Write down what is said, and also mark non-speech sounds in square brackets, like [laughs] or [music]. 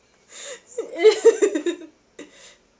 [laughs]